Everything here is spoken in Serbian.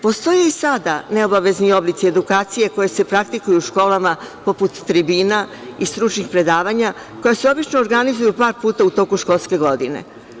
Postoje i sada neobavezni oblici edukacije koji se praktikuju u školama, poput tribina i stručnih predavanja, koja se obično organizuju par puta u toku školske godine.